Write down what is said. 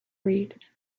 read